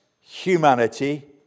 humanity